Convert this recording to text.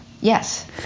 Yes